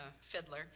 fiddler